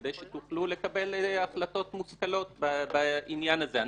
כדי שתוכלו לקבל החלטות מושכלות בעניין הזה.